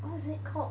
what's it called